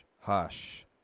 hush